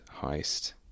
Heist